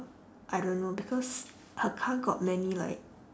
I don't know because her car got many like